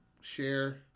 share